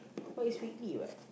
but is weekly what